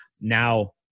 Now